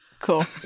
Cool